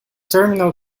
terminal